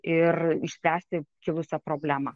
ir išspręsti kilusią problemą